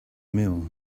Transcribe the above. meal